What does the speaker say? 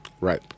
Right